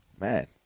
Man